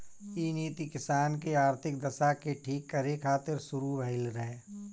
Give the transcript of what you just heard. इ नीति किसान के आर्थिक दशा के ठीक करे खातिर शुरू भइल रहे